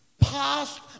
past